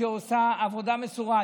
שעושה עבודה מסורה,